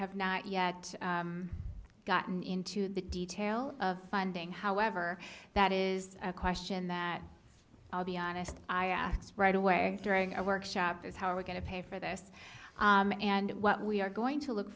have not yet gotten into the detail of funding however that is a question that i'll be honest i asked right away during a workshop is how are we going to pay for this and what we are going to look